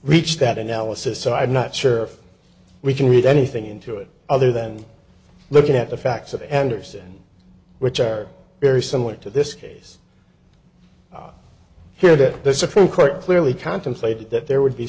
reached that analysis so i'm not sure we can read anything into it other than looking at the facts of andersen which are very similar to this case here that the supreme court clearly contemplated that there would be